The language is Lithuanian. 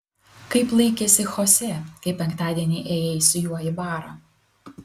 kaip laikėsi chosė kai penktadienį ėjai su juo į barą